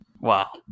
Wow